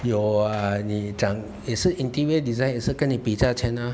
有啊你讲也是 interior design 也是跟你比价钱呐